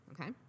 okay